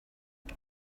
can